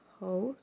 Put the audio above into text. House